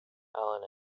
alan